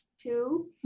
two